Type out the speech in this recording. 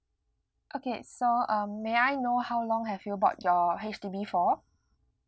okay so um may I know how long have you bought your H_D_B for